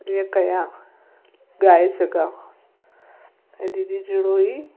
ईअं कयां ॻाए सघां ऐं दीदी जहिड़ो ई